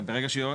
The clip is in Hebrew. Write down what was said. ברגע שיהיו,